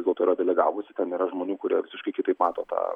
vis dėlto yra delegavusi ten yra žmonių kurie visiškai kitaip mato tą